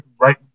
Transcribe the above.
right